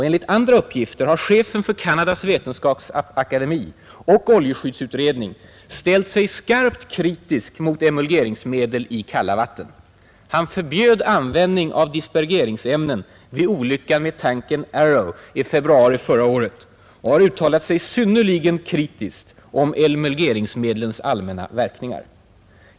Enligt andra uppgifter har chefen för Canadas vetenskapsakademi och oljeskyddsutredning ställt sig skarpt kritisk mot emulgeringsmedel i kalla vatten. Han förbjöd användning av dispergeringsämnen vid olyckan med tankern Arrow i februari förra året och har uttalat sig synnerligen kritiskt om emulgeringsmedlens allmänna verkningar.